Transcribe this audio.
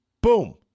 Boom